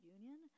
Union